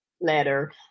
letter